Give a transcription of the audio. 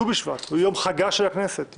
הוא יום חגה של הכנסת,